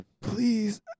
Please